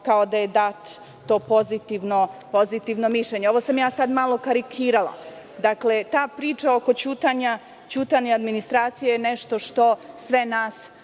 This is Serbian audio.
kao da je dato pozitivno mišljenje. Ovo sam sada malo karikirala. Dakle, ta priča oko ćutanja administracije je nešto što sve nas